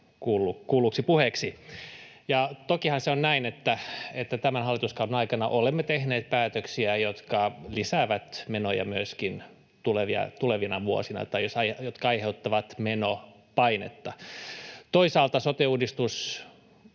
kuulluksi puheeksi. Ja tokihan se on näin, että tämän hallituskauden aikana olemme tehneet päätöksiä, jotka lisäävät menoja myöskin tulevina vuosina tai jotka aiheuttavat menopainetta. Toisaalta sote-uudistus